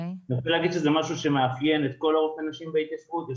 אני רוצה להגיד שזה משהו שמאפיין את כל רופאי הנשים בהתיישבות יש